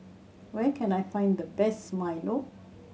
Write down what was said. where can I find the best Milo